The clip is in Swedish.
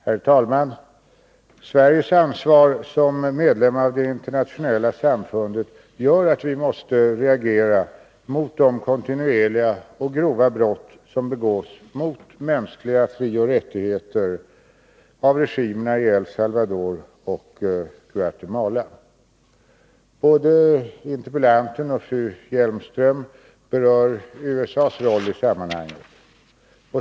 Herr talman! Sveriges ansvar som medlem av det internationella samfundet gör att Sverige måste reagera mot de kontinuerliga och grova brott som begås mot mänskliga frioch rättigheter av regimerna i El Salvador och Guatemala. 55 Både interpellanten och fru Hjelmström berörde USA:s roll i sammanhanget.